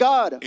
God